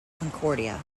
concordia